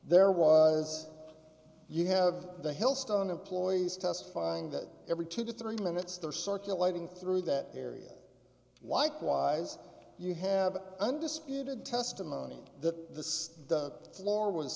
there was you have the hill stone employees testifying that every two to three minutes they're circulating through that area likewise you have undisputed testimony that this the floor was